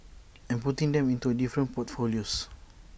and putting them into different portfolios